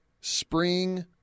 spring